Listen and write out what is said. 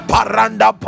Paranda